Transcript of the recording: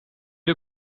you